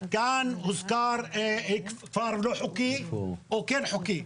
כאן הוזכר כפר לא חוקי או כן חוקי.